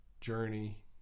Journey